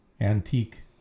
antique